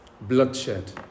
Bloodshed